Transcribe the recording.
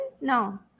No